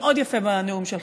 מאוד יפה בנאום שלך,